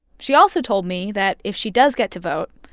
she also told me that if she does get to vote,